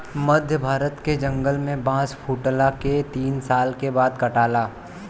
मध्य भारत के जंगल में बांस फुटला के तीन साल के बाद काटाला